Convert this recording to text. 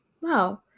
Wow